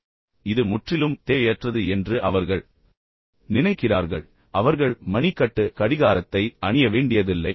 உண்மையில் இது முற்றிலும் தேவையற்றது என்று அவர்கள் நினைக்கிறார்கள் அவர்கள் மணிக்கட்டு கடிகாரத்தை அணிய வேண்டியதில்லை